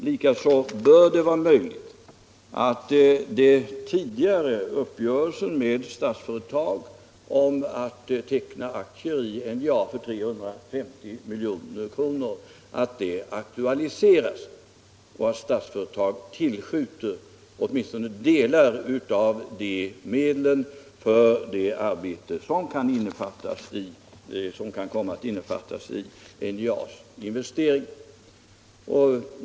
Likaså bör det vara möjligt att den tidigare uppgörelsen om att teckna aktier i NJA för 350 milj.kr. aktualiseras och att Statsföretag tillskjuter åtminstone delar av dessa medel för att finansiera NJA:s investeringar.